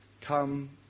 Come